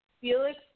Felix